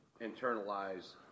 internalize